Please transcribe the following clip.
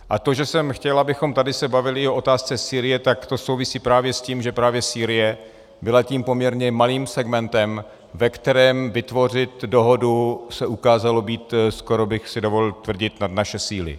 A to, že jsem chtěl, abychom se tady bavili o otázce Sýrie, to souvisí právě s tím, že právě Sýrie byla tím poměrně malým segmentem, ve kterém vytvořit dohodu se ukázalo být, skoro bych si dovolil tvrdit, nad naše síly.